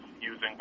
using